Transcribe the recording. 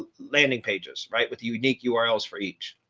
landing pages right with unique yeah urls for each.